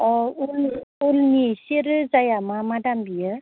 अ वुलनि वुलनि सि रोजाया मा मा दाम बेयो